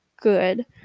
good